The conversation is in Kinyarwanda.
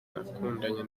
nakundanye